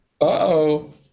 Uh-oh